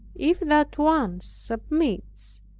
if that once submits,